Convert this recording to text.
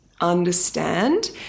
understand